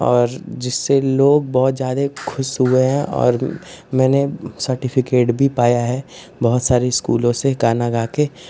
और जिससे लोग बहुत ज़्यादा ख़ुश हुए हैं और मैंने सर्टिफिकेट भी पाया है बहुत सारे स्कूलों से गाना गाकर